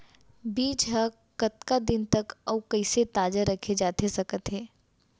बीज ह कतका दिन तक अऊ कइसे ताजा रखे जाथे सकत हे?